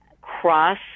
cross